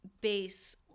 base